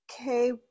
okay